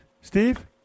Steve